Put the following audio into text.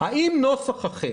האם נוסח אחר,